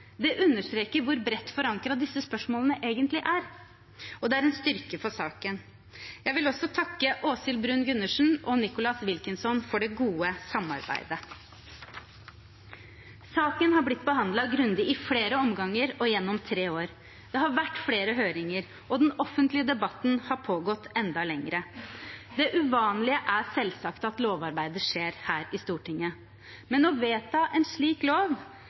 Det understreker hvor bredt forankret disse spørsmålene egentlig er, og det er en styrke for saken. Jeg vil også takke representantene Åshild Bruun-Gundersen og Nicholas Wilkinson for det gode samarbeidet. Saken har blitt behandlet grundig i flere omganger og gjennom tre år. Det har vært flere høringer, og den offentlige debatten har pågått enda lenger. Det uvanlige er selvsagt at lovarbeidet skjer her i Stortinget. Men å vedta en slik lov,